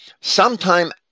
sometime